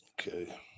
Okay